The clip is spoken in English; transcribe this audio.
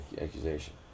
accusation